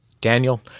Daniel